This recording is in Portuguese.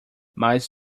mas